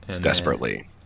desperately